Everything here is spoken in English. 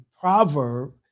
proverb